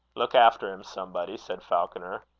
look after him, somebody, said falconer.